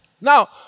Now